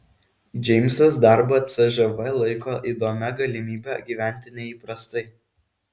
džeimsas darbą cžv laiko įdomia galimybe gyventi neįprastai